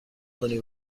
کنی